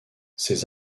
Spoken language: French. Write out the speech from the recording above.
ces